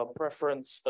preference